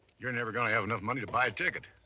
you're never going to have enough money to buy a ticket.